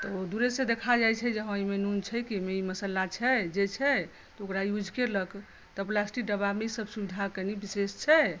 तऽ ओ दूरेसँ देखा जाइत छै जे हँ जे एहिमे नून छै कि एहिमे मसाला छै जे छै ओकरा यूज कयलक तऽ प्लास्टिक डब्बामे ईसभ सुविधा कनि विशेष छै